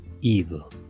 evil